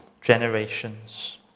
generations